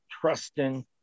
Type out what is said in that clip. trusting